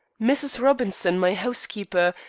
mrs. robinson, my housekeeper,